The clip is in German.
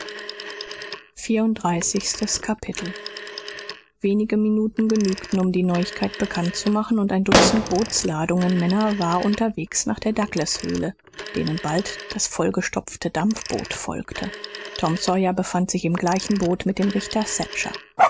vierunddreißigstes kapitel wenige minuten genügten um die neuigkeit bekannt zu machen und ein dutzend bootsladungen männer war unterwegs nach der douglas höhle denen bald das vollgestopfte dampfboot folgte tom sawyer befand sich im gleichen boot mit dem richter